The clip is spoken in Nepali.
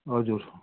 हजुर